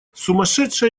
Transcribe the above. сумасшедшая